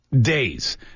Days